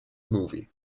movie